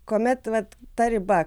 kuomet vat ta riba